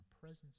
presence